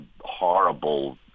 horrible